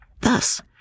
Thus